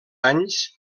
anys